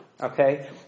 Okay